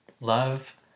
Love